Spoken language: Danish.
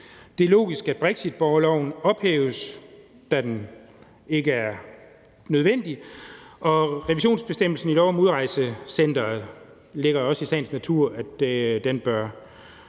Det er logisk, at brexitborgerloven ophæves, da den ikke er nødvendig. Og med hensyn til revisionsbestemmelsen i loven om udrejsecenteret ligger det også i sagens natur, at den bør